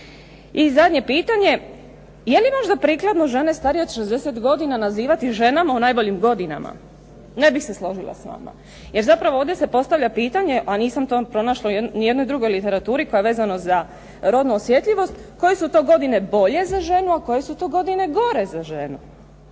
I zadnje pitanje. Je li možda prikladno žene starije od 60 godina nazivati ženama u najboljim godinama? Ne bih se složila s vama. Jer zapravo ovdje se postavlja pitanje, a nisam to pronašla u ni jednoj drugoj literaturi koja je vezana za rodnu osjetljivost koje su to godine bolje za ženu, a koje su to godine gore za ženu.